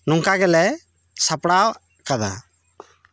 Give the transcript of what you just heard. ᱱᱚᱝᱠᱟ ᱜᱮᱞᱮ ᱥᱟᱯᱲᱟᱣ ᱟᱠᱟᱫᱟ